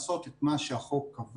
לעסקים בינוניים מעל 20 מיליון שקלים